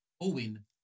Owen